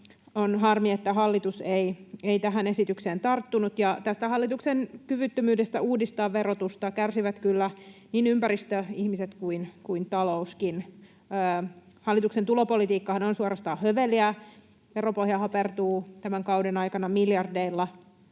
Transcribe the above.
On harmi, että hallitus ei tähän esitykseen tarttunut, ja tästä hallituksen kyvyttömyydestä uudistaa verotusta kärsivät kyllä niin ympäristöihmiset kuin talouskin. Hallituksen tulopolitiikkahan on suorastaan höveliä, veropohja hapertuu tämän kauden aikana miljardeilla,